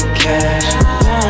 cash